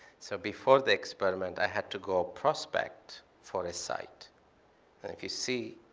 so before the experiment, i had to go prospect for a site. and if you see,